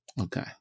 Okay